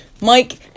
Mike